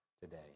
today